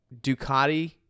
Ducati